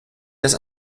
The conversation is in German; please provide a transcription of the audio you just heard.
das